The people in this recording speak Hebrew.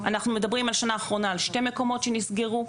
בשנה האחרונה אנחנו מדברים על שני מקומות שנסגרו,